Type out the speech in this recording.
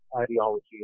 ideology